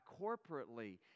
corporately